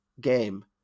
game